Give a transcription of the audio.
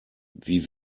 wie